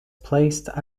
placed